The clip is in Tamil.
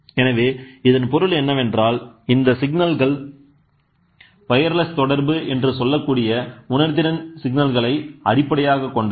எனவே இதன் பொருள் என்னவென்றால் இந்த சிக்னல்கள் வொயர்லெஸ் தொடர்பு என்று சொல்லக்கூடிய உணர்திறன் சிக்னல்களை அடிப்படையாகக் கொண்டது